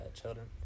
children